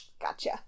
gotcha